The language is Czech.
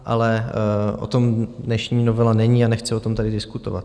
Ale o tom dnešní novela není a nechci o tom tady diskutovat.